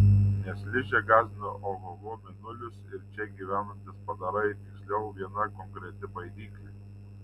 nes ližę gąsdino ohoho mėnulis ir čia gyvenantys padarai tiksliau viena konkreti baidyklė